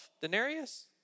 denarius